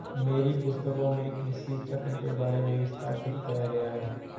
मेरी पुस्तकों में कृषि चक्र के बारे में विस्तार से बताया गया है